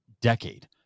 decade